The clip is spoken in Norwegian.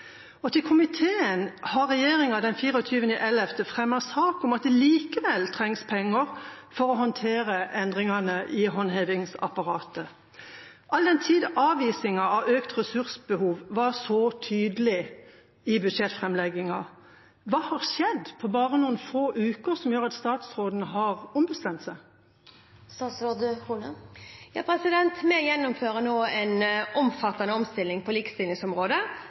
Og til komiteen har regjeringa gjennom Prop. 19 S av 24. november sagt at det likevel trengs penger for å håndtere endringene i håndhevingsapparatet. All den tid avvisningen av økt ressursbehov var så tydelig i budsjettframleggingen, hva har skjedd på bare noen få uker som gjør at statsråden har ombestemt seg? Vi gjennomfører nå en omfattende omstilling på likestillingsområdet,